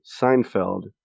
Seinfeld